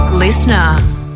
Listener